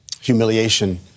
humiliation